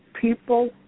people